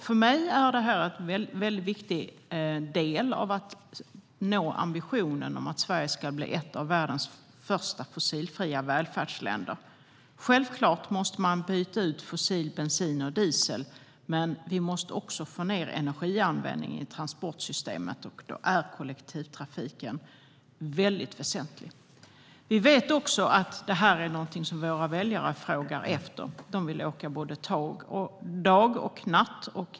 För mig är det här en väldigt viktig del av att nå målet om att Sverige ska bli ett av världens första fossilfria välfärdsländer. Självklart måste man byta ut fossil bensin och diesel, men vi måste också få ned energianvändningen i transportsystemet. Då är kollektivtrafiken väsentlig. Vi vet också att det här är någonting som våra väljare frågar efter. De vill åka tåg både dag och natt.